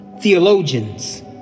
theologians